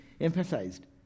emphasized